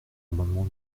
amendement